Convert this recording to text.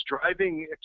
driving